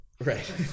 Right